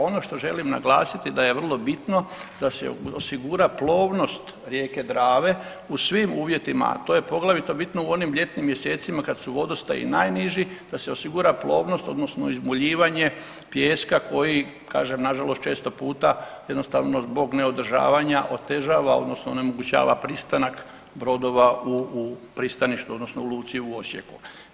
Ono što želim naglasiti da je vrlo bitno da se osigura plovnost rijeke Drave u svim uvjetima, a to je poglavito bitno u onim ljetnim mjesecima kad su vodostaji najniži da se osigura plovnost odnosno izmuljivanje pijeska koji kažem nažalost često puta jednostavno zbog neodržavanja otežava odnosno onemogućava pristanak brodova u, u pristanište odnosno u luci u Osijeku.